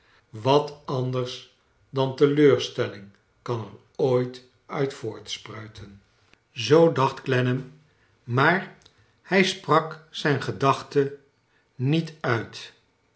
wat anders dan teleurstelling kan er ooit uit voortspruiten zoo dacht clennam maar hij sprak zijn gedachten niet uit